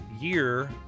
year